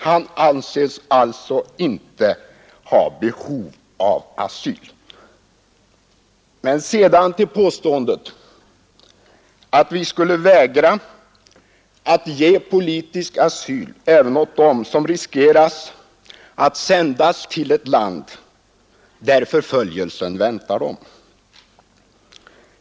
Han anses alltså inte ha behov av asyl. Men sedan till påståendet att vi skulle vägra att ge politisk asyl även åt dem som riskerar att sändas till ett land där förföljelse väntar dem.